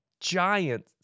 giant